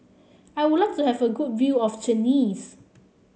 I would like to have a good view of Tunis